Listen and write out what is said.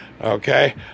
Okay